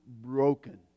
broken